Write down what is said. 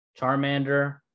Charmander